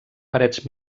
parets